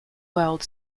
world